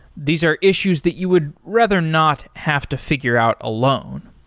these are issues that you would rather not have to figure out alone.